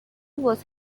was